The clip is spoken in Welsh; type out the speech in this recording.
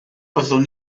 byddwn